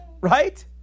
right